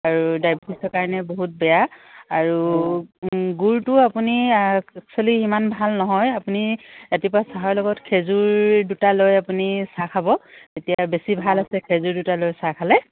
আৰু ডায়বেটিছৰ কাৰণে বহুত বেয়া আৰু গুড়টো আপুনি এক্সুৱেলি ইমান ভাল নহয় আপুনি ৰাতিপুৱা চাহৰ লগত খেজুৰ দুটা লৈ আপুনি চাহ খাব তেতিয়া বেছি ভাল আছে খেজুৰ দুটা লৈ চাহ খালে